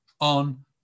on